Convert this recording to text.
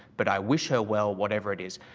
but i wish her well, whatever it is.